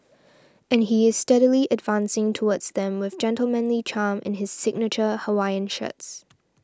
and he is steadily advancing towards them with gentlemanly charm in his signature Hawaiian shirts